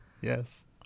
Yes